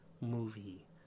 movie